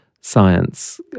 science